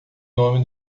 nome